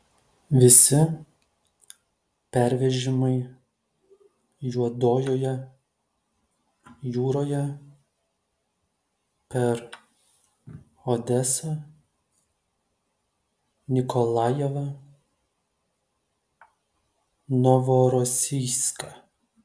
visi pervežimai juodojoje jūroje per odesą nikolajevą novorosijską